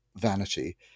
vanity